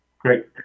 Great